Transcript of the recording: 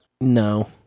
no